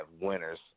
winners